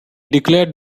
declared